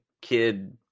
Kid